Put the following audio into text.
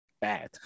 bad